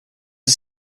are